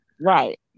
right